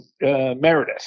Meredith